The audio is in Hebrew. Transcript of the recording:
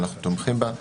ואנו תומכים בה,